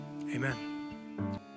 amen